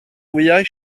wyau